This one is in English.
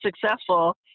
successful